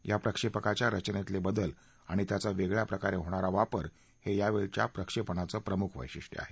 या प्रक्षेपकाच्या रचनेतले बदल आणि त्याचा वेगळ्या प्रकारे होणारा वापर हे यावेळच्या प्रक्षेपणाचं प्रमुख वैशिष्ट्य आहे